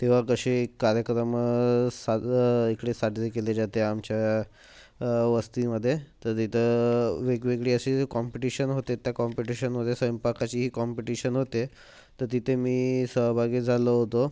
तेव्हा कसे कार्यक्रम साज् इकडे साजरे केले जाते आमच्या वस्तीमध्ये तर तिथं वेगवेगळी अशी कॉम्पिटिशन होते त्या कॉम्पिटिशनमधे स्वयंपाकाचीही कॉम्पिटिशन होते तर तिथे मी सहभागी झालो होतो